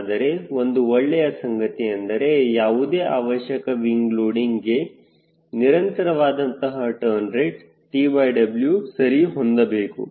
ಆದರೆ ಒಂದು ಒಳ್ಳೆಯ ಸಂಗತಿ ಎಂದರೆ ಯಾವುದೇ ಅವಶ್ಯಕ ವಿಂಗ್ ಲೋಡಿಂಗ್ಗೆ ನಿರಂತರವಾದಂತಹ ಟರ್ನ್ ರೇಟ್ TW ಸರಿ ಹೊಂದಬೇಕು